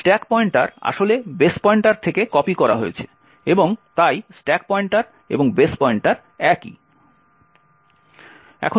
stack pointer আসলে base pointer থেকে copy করা হয়েছে এবং তাই স্ট্যাক পয়েন্টার এবং বেস পয়েন্টার একই